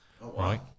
right